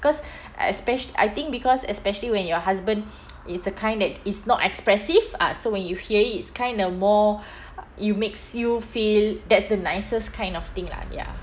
cause espec~ I think because especially when your husband is the kind that is not expressive ah so when you hear it it's kind of more it makes you feel that's the nicest kind of thing lah ya